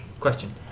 Question